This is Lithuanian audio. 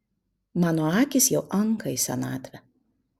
mano akys jau anka į senatvę